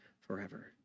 forever